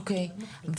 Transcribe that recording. אוקיי,